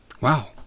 Wow